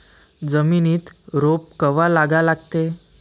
जमिनीत रोप कवा लागा लागते?